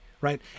right